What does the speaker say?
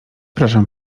proszę